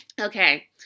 Okay